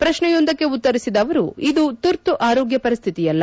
ಪ್ರತ್ನೆಯೊಂದಕ್ಕೆ ಉತ್ತರಿಸಿದ ಅವರು ಇದು ತುರ್ತು ಆರೋಗ್ಗ ಪರಿಸ್ಥಿತಿಯಲ್ಲ